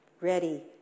ready